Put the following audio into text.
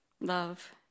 love